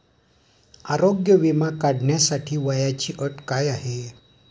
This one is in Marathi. आरोग्य विमा काढण्यासाठी वयाची अट काय आहे?